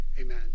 amen